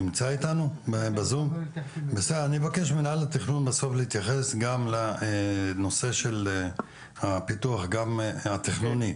אני אבקש ממינהל התכנון בסוף להתייחס גם לנושא של פיתוח התכנוני.